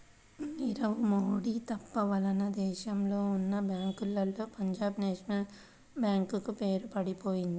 నీరవ్ మోడీ తప్పు వలన దేశంలో ఉన్నా బ్యేంకుల్లో పంజాబ్ నేషనల్ బ్యేంకు పేరు పడిపొయింది